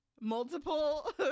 multiple